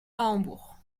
hambourg